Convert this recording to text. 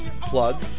plug